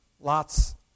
lots